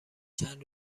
چند